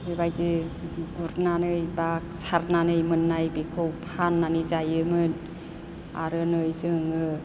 बेबायदि गुरनानै एबा सारनानै मोननाय बेखौ फाननानै जायोमोन आरो नै जोङो